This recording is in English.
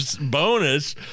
bonus